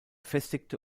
festigte